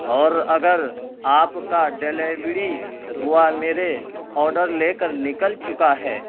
اور اگر آپ کا ڈلیوری بوائے میرے آرڈر لے کر نکل چکا ہے